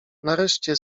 nareszcie